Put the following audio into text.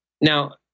Now